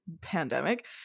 pandemic